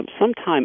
Sometime